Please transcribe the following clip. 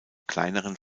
kleineren